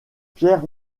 pierre